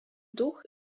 duch